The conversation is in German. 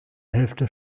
hälfte